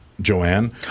Joanne